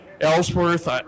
Ellsworth